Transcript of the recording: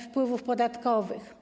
wpływów podatkowych.